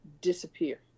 disappear